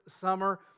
summer